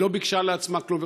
היא לא ביקשה לעצמה כלום,